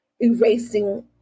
erasing